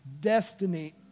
destiny